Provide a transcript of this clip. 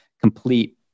complete